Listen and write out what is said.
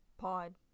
Pod